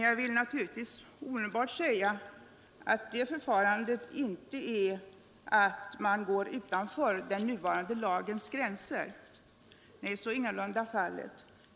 Jag vill 96 dock omedelbart säga att detta förfarande inte innebär att man går utanför den nuvarande lagens gränser. Så är ingalunda fallet.